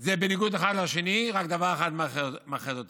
זה בניגוד אחד לשני, רק דבר אחד מאחד אותם: